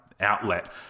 outlet